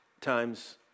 times